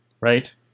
right